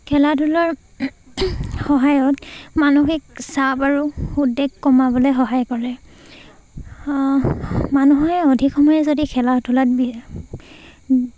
খেলা ধূলাৰ সহায়ত মানসিক চাপ আৰু উদ্বেগ কমাবলৈ সহায় কৰে মানুহে অধিক সময়ে যদি খেলা ধূলাত